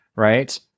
Right